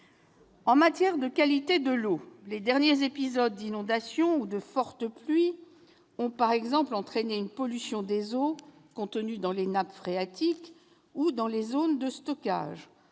En matière de qualité de l'eau, les derniers épisodes d'inondation ou de fortes pluies ont, par exemple, entraîné une pollution des eaux contenues dans les nappes phréatiques ou dans les zones de stockage,